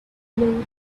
blew